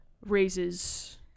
raises